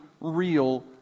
real